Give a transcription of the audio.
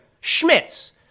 Schmitz